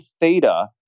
theta